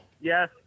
Yes